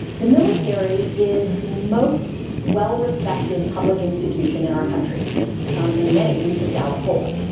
the military is the most well-respected public institution in our country in many recent gallup polls,